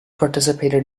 participated